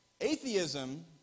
atheism